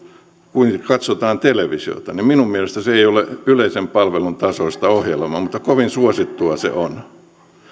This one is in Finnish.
kuinka katsotaan televisiota niin minun mielestäni se ei ole yleisen palvelun tasoista ohjelmaa mutta kovin suosittua se on